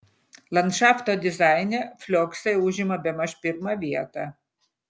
landšafto dizaine flioksai užima bemaž pirmą vietą